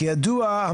כידוע,